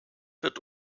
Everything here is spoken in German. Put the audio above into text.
wird